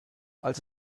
als